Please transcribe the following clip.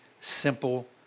simple